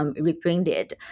Reprinted